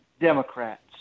Democrats